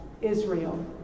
Israel